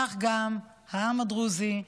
כך גם העם הדרוזי,